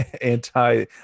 anti